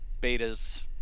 beta's